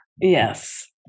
Yes